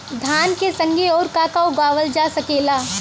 धान के संगे आऊर का का उगावल जा सकेला?